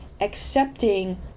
accepting